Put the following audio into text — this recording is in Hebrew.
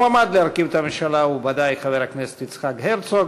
המועמד להרכיב את הממשלה הוא בוודאי חבר הכנסת יצחק הרצוג.